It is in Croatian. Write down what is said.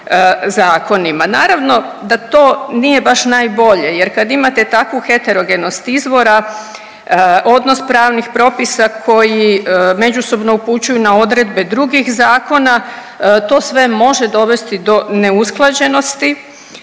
Naravno da to nije baš najbolje jer kad imate takvu heterogenost izvora odnosa pravnih propisa koji međusobno upućuju na odredbe drugih zakona to sve može dovesti do neusklađenosti